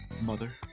mother